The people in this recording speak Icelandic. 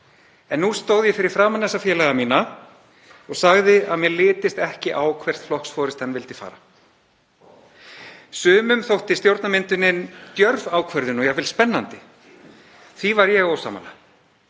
en nú stóð ég fyrir framan þessa félaga mína og sagði að mér litist ekki á hvert flokksforystan vildi fara. Sumum þótti stjórnarmyndunin djörf ákvörðun og jafnvel spennandi. Því var ég ósammála.